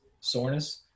soreness